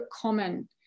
common